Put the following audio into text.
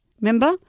Remember